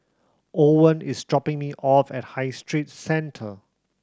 Owen is dropping me off at High Street Centre